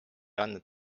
andnud